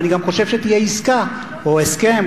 ואני גם חושב שתהיה עסקה או הסכם,